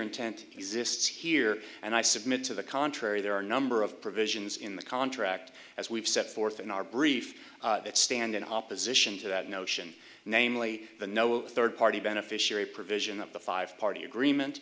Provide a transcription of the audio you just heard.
intent exists here and i submit to the contrary there are a number of provisions in the contract as we've set forth in our brief that stand in opposition to that notion namely the no third party beneficiary provision of the five party agreement